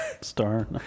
Star